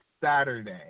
Saturday